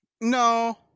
no